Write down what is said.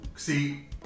See